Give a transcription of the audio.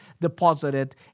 deposited